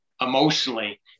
emotionally